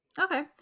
okay